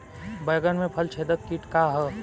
बैंगन में फल छेदक किट का ह?